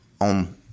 on